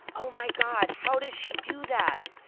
oh, my god. how does she do that?